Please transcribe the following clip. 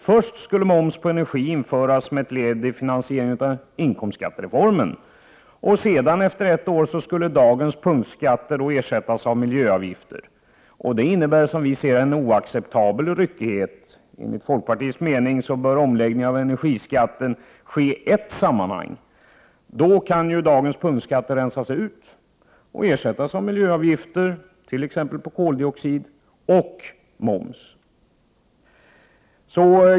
Först skulle moms på energi införas som ett led i finansieringen av inkomstskattereformen. Efter ett år skulle dagens punktskatter ersättas av miljöavgifter. Det innebär, som vi i folkpartiet ser det, en oacceptabel ryckighet. Enligt folkpartiets mening bör en omläggning av energiskatten ske i ett sammanhang. Då kan dagens punktskatter rensas ut och ersättas av miljöavgifter, t.ex. på koldioxid, och moms.